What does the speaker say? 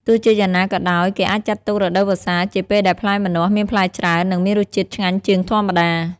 ទោះជាយ៉ាងណាក៏ដោយ គេអាចចាត់ទុក រដូវវស្សា ជាពេលដែលផ្លែម្នាស់មានផ្លែច្រើន និងមានរសជាតិឆ្ងាញ់ជាងធម្មតា។